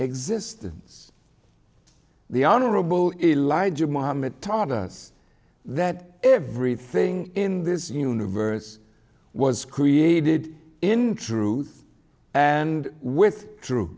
existence the honorable elijah muhammad taught us that everything in this universe was created in truth and with true